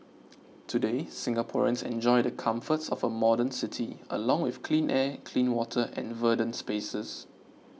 today Singaporeans enjoy the comforts of a modern city along with clean air clean water and verdant spaces